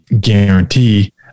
guarantee